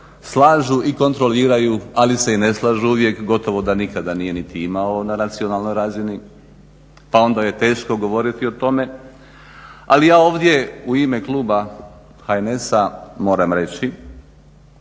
slažu i kontroliraju ali se i ne slažu uvijek gotovo da nikada nije niti imao na nacionalnoj razini pa onda je teško govoriti o tome. Ali ja ovdje u ime kluba HNS-a moram reći